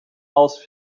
als